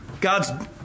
God's